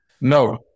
No